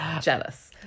Jealous